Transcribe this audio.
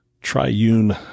triune